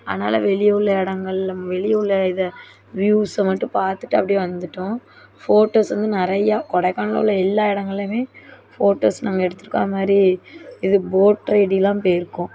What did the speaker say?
அதனால் வெளியே உள்ள இடங்கள் வெளியே உள்ள இதை வியூவ்ஸை மட்டும் பார்த்துட்டு அப்படியே வந்துட்டோம் ஃபோட்டோஸ் வந்து நிறையா கொடைக்கானல் உள்ளே எல்லாம் இடங்களையுமே ஃபோட்டோஸ் நாங்கள் எடுத்திருக்கோம் அந்த மாதிரி இது போட் ரைடுலாம் போய்ருக்கோம்